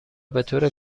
بطور